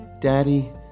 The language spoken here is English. Daddy